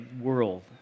world